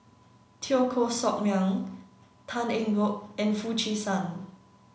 Teo Koh Sock Miang Tan Eng Bock and Foo Chee San